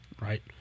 right